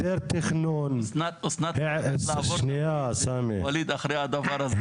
אסנת צריכה לעבור תפקיד אחרי הדבר הזה.